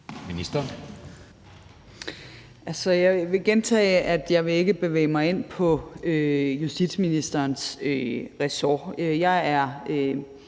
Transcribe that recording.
Løhde): Jeg vil gentage, at jeg ikke vil bevæge mig ind på justitsministerens ressort. Jeg er